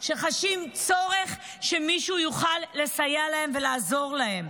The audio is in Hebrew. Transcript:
צורך שמישהו יוכל לסייע להם ולעזור להם.